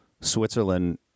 Switzerland